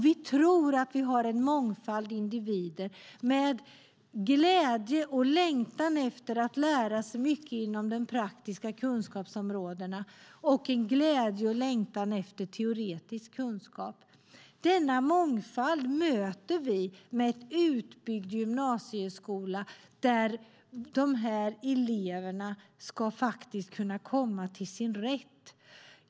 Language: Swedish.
Vi tror att det finns en mångfald individer som har en glädje och en längtan efter att lära sig mycket inom de praktiska kunskapsområdena och en glädje och längtan efter teoretisk kunskap. Denna mångfald möter vi med en utbyggd gymnasieskola där de här eleverna ska kunna komma till sin rätt. Fru talman!